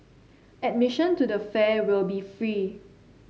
admission to the fair will be free